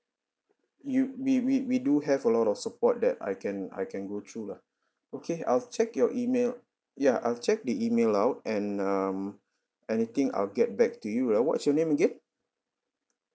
you we we we do have a lot of support that I can I can go through lah okay I'll check your email ya I'll check the email out and um anything I'll get back to you lah what's your name again